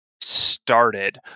started